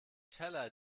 teller